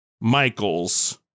Michaels